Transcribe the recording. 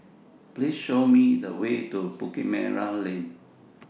Please Show Me The Way to Bukit Merah Lane